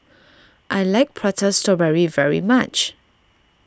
I like Prata Strawberry very much